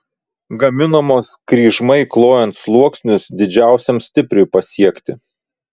gaminamos kryžmai klojant sluoksnius didžiausiam stipriui pasiekti